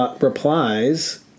replies